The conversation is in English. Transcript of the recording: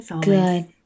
good